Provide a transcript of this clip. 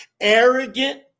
arrogant